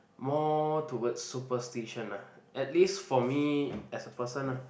more towards superstition ah at least for me as a person ah